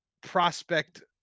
prospect